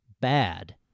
bad